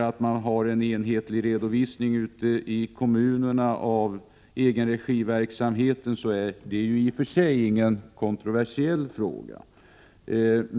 Att ha enhetlig redovisning ute i kommunerna av egenregiverksamheten är i och för sig ingen kontroversiell fråga.